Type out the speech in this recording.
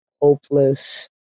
hopeless